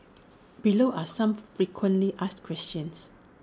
below are some frequently asked questions